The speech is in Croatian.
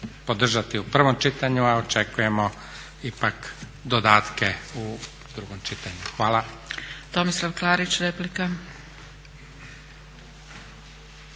podržati u prvom čitanju a očekujemo ipak dodatke u drugom čitanju. Hvala. **Zgrebec, Dragica